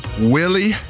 Willie